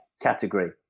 category